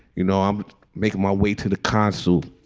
you know, i'm making my way to the consul